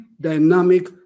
dynamic